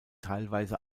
teilweise